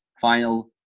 final